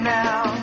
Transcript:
now